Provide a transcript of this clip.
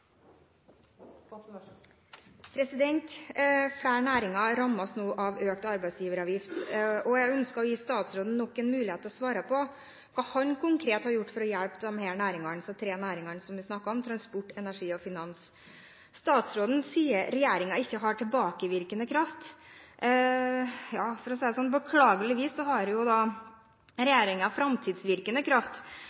økt arbeidsgiveravgift. Jeg ønsker å gi statsråden nok en mulighet til å svare på hva han konkret har gjort for å hjelpe de tre næringene som jeg snakket om: transport, energi og finans. Statsråden sier regjeringen ikke har tilbakevirkende kraft. Ja – for å si det sånn – beklageligvis har regjeringen framtidsvirkende kraft. Da